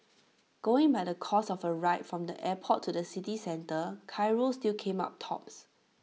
going by the cost of A ride from the airport to the city centre Cairo still came up tops